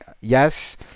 yes